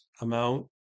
amount